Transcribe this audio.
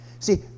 See